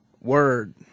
word